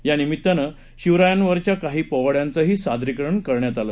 यानिमित्तानं शिवरायांवरच्या काही पोवाड्यांचंही सादरीकरण झालं